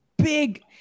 big